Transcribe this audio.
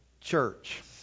Church